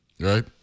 Right